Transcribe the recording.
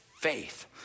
faith